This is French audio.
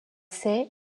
ses